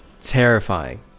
Terrifying